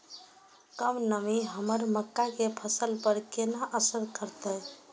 कम नमी हमर मक्का के फसल पर केना असर करतय?